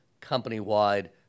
company-wide